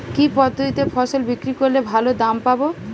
কি পদ্ধতিতে ফসল বিক্রি করলে ভালো দাম পাব?